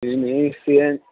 سی N